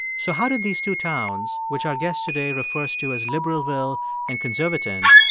so how did these two towns, which our guest today refers to as liberalville and conservaton,